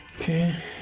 Okay